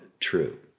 true